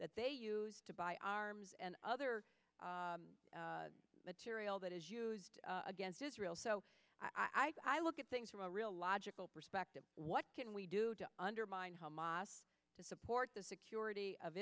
that they used to buy arms and other material that is used against israel so i look at things from a real logical perspective what can we do to undermine hamas to support the security of